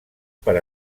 per